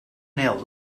nails